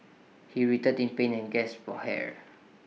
he writhed in pain and gasped for air